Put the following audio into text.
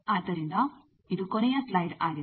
ಆದ್ದರಿಂದ ಇದು ಕೊನೆಯ ಸ್ಲೈಡ್ ಆಗಿದೆ